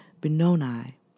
Benoni